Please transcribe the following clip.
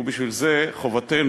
ובשביל זה חובתנו,